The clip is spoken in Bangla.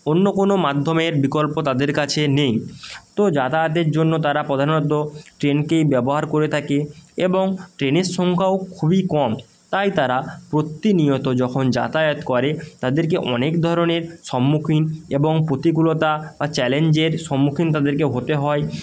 অন্য কোনো মাধ্যমের বিকল্প তাদের কাছে নেই তো যাতায়াতের জন্য তারা প্রধানত ট্রেনকেই ব্যবহার করে থাকে এবং ট্রেনের সংখ্যাও খুবই কম তাই তারা প্রতিনিয়ত যখন যাতায়াত করে তাদেরকে অনেক ধরনের সম্মুখীন এবং প্রতিকূলতা বা চ্যালেঞ্জের সম্মুখীন তাদেরকে হতে হয়